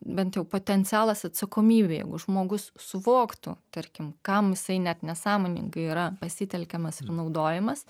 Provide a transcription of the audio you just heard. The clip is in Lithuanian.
bent jau potencialas atsakomybė jeigu žmogus suvoktų tarkim kam jisai net nesąmoningai yra pasitelkiamas ir naudojimas